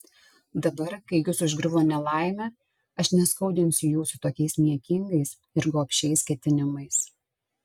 dabar kai jus užgriuvo nelaimė aš neskaudinsiu jūsų tokiais niekingais ir gobšiais ketinimais